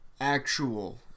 actual